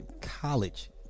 college